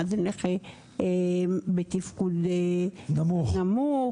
מה זה נכה בתפקוד נמוך,